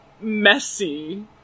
messy